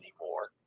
anymore